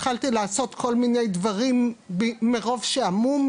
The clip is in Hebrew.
התחלתי לעשות כל מיני דברים מרוב שעמום,